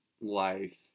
life